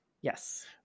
Yes